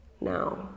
now